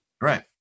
Right